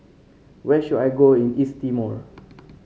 where should I go in East Timor